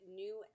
new